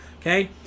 Okay